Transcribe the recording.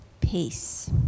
peace